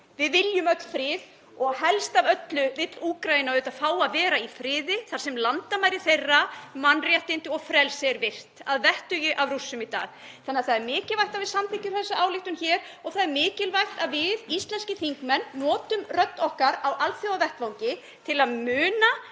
Við viljum öll frið og helst af öllu vill Úkraína auðvitað fá að vera í friði þar sem landamæri þeirra, mannréttindi og frelsi er virt að vettugi af Rússum í dag. Það er mikilvægt að við samþykkjum þessa ályktun hér og það er mikilvægt að við íslenskir þingmenn notum rödd okkar á alþjóðavettvangi til að muna